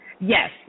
Yes